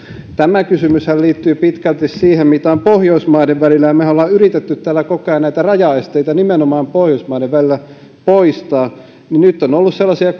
tämä kysymyshän liittyy pitkälti siihen mitä on pohjoismaiden välillä ja mehän olemme yrittäneet täällä koko ajan rajaesteitä nimenomaan pohjoismaiden välillä poistaa nyt on on ollut sellaisia